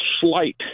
slight